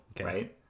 right